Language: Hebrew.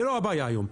זה לא הבעיה היום.